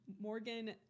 Morgan